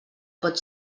pot